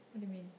what do you mean